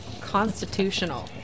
Constitutional